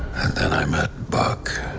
then i met buck.